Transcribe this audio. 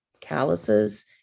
calluses